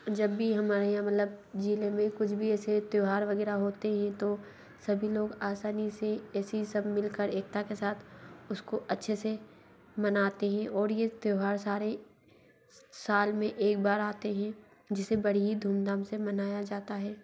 जब भी हमारे यहाँ मतलब ज़िले में कुच भी ऐसे त्यौहार वग़ैरह होते हैं तो सभी लोग आसानी से ऐसे ही सब मिल कर एकता के साथ उसको अच्छे से मनाते हैं और ये त्यौहार सारे साल में एक बार आते हैं जिसे बड़ी धूमधाम से मनाया जाता है